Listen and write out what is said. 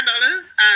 dollars